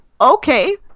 okay